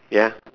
ya